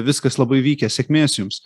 viskas labai vykę sėkmės jums